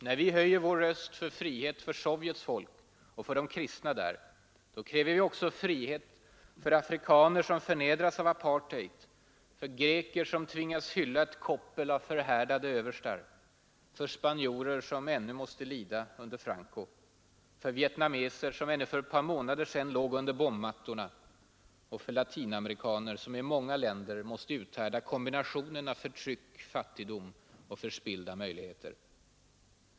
När vi höjer vår röst för frihet för Sovjets folk och för de kristna där kräver vi också frihet för afrikaner som förnedras av apartheid, för greker som tvingas hylla ett koppel av förhärdade överstar, för spanjorer som måste lida under Franco, för vietnameser som ännu för några månader sedan låg under bombmattorna och för latinamerikaner som i många länder måste uthärda kombinationen av förtryck, fattigdom och förspillda möjligheter.